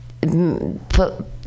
put